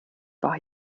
war